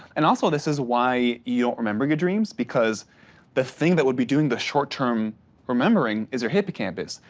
and also, this is why you don't remember your dreams, because the thing that would be doing the short term remembering is your hippocampus.